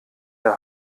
der